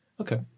Okay